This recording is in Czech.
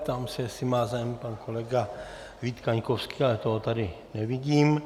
Ptám se, jestli má zájem pan kolega Vít Kaňkovský, ale toho tady nevidím.